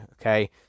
okay